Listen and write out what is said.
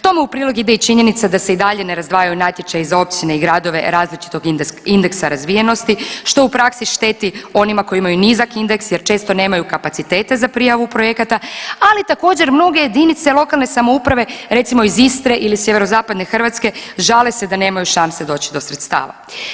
Tome u prilog ide i činjenica da se i dalje ne razdvajaju natječaji za općine i gradove različitog indeksa razvijenosti, što u praksi šteti onima koji imaju nizak indeks jer često nemaju kapacitete za prijavu projekata, ali također mnoge JLS recimo iz Istre ili sjeverozapadne Hrvatske žale se da nemaju šanse doći do sredstava.